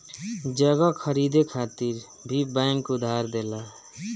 जगह खरीदे खातिर भी बैंक उधार देला